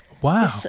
wow